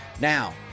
now